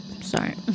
Sorry